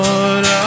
Lord